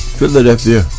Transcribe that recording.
Philadelphia